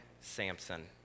samson